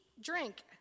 drink